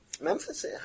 Memphis